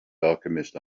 alchemist